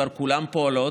כבר כולן פועלות,